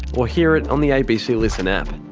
or hear it on the abc listen app.